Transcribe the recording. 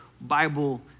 Bible